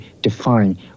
define